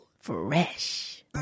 fresh